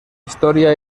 historia